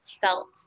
felt